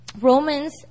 Romans